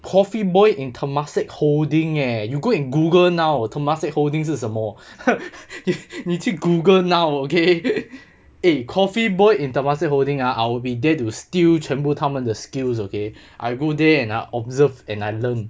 coffee boy in temasek holding eh you go and Google now temasek holdings 是什么 你去 Google now okay eh coffee boy in temasek holding ah I'll be there to steal 全部他们的 skills okay I go there and ah observed and I learn